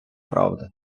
правди